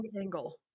angle